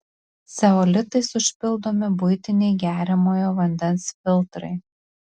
ceolitais užpildomi buitiniai geriamojo vandens filtrai